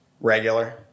regular